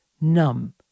Numb